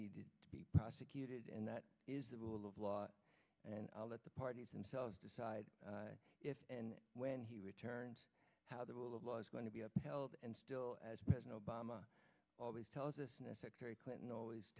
need to be prosecuted and that is the rule of law and i'll let the parties themselves decide if and when he returns how the rule of law is going to be upheld and still as president obama always tells us necessary clinton always